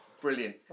Brilliant